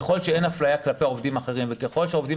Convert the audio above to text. ככל שאין אפליה כלפי עובדים אחרים וככל שהעובדים